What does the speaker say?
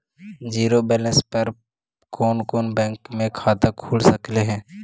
Zero balance पर कोन कोन बैंक में खाता खुल सकले हे?